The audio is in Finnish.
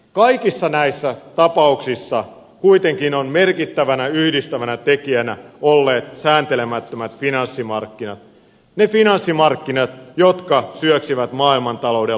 kaikissa näissä tapauksissa kuitenkin merkittävänä yhdistävänä tekijänä ovat olleet säätelemättömät finanssimarkkinat ne finanssimarkkinat jotka syöksivät maailmantalouden lamaan